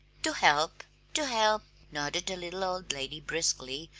to help to help! nodded the little old lady briskly,